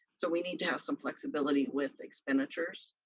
so we need to have some flexibility with expenditures.